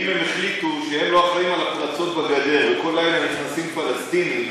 ואם הם החליטו שהם לא אחראים לפרצות בגדר וכל לילה נכנסים פלסטינים,